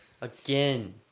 again